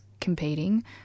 competing